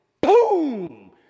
boom